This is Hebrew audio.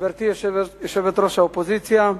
גברתי יושבת-ראש האופוזיציה,